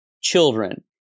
children